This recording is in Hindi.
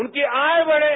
उनकी आय बढे